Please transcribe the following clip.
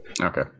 Okay